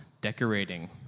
Decorating